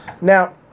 Now